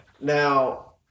Now –